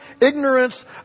ignorance